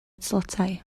tlotai